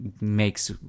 makes